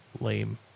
Lame